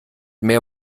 mehr